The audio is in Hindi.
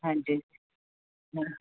हाँ जी हाँ